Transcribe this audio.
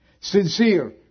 sincere